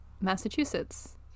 Massachusetts